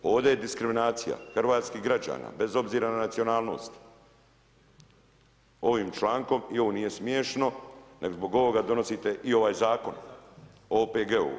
Ovde je diskriminacija hrvatskih građana bez obzira na nacionalnost ovim člankom i ovo nije smiješno, nego zbog ovoga donosite i ovaj Zakon o OPG-u.